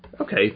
Okay